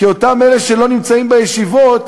כי אותם אלה שלא נמצאים בישיבות,